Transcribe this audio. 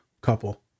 couple